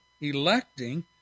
electing